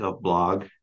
blog